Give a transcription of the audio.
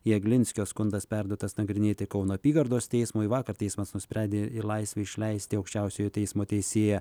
jaglinskio skundas perduotas nagrinėti kauno apygardos teismui vakar teismas nusprendė į laisvę išleisti aukščiausiojo teismo teisėją